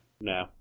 No